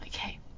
Okay